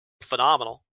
phenomenal